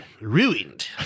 Ruined